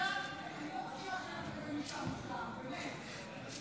אני לא מסכימה שיהיה לך כזה מבטא מושלם, באמת.